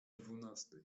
dwunastej